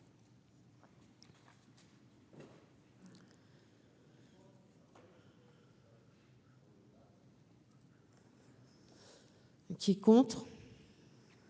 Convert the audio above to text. Qui est contre